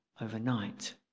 overnight